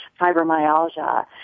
fibromyalgia